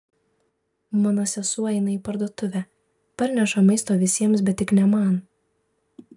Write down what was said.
mano sesuo eina į parduotuvę parneša maisto visiems bet tik ne man